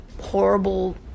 horrible